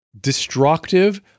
destructive